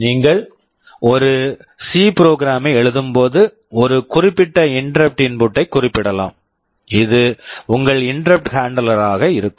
நீங்கள் ஒரு C C program program ஐ எழுதும்போது ஒரு குறிப்பிட்ட இன்டெரப்ட் இன்புட் interrupt input ஐக் குறிப்பிடலாம் இது உங்கள் இன்டெரப்ட் ஹாண்ட்லெர் interrupt handler ஆக இருக்கும்